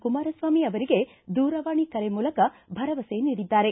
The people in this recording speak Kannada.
ಕುಮಾರಸ್ವಾಮಿ ಅವರಿಗೆ ದೂರವಾಣಿ ಕರೆ ಮೂಲಕ ಭರವಸೆ ನೀಡಿದ್ದಾರೆ